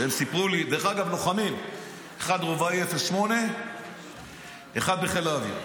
דרך אגב, לוחמים, אחד רובאי 08 ואחד בחיל האוויר.